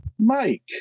mike